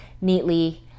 neatly